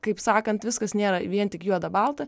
kaip sakant viskas nėra vien tik juoda balta